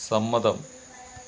സമ്മതം